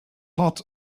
hot